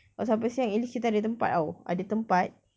kalau sampai siang at least kita ada tempat [tau] ada tempat